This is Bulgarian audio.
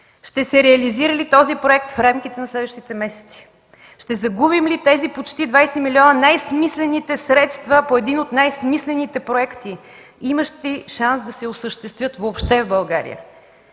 ще се реализира ли този проект в рамките на следващите месеци? Ще загубим ли тези почти 20 милиона – най-смислените средства по един от най-смислените проекти, имащи шанс да се осъществят въобще в България?